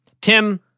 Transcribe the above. Tim